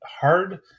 hard